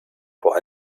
vor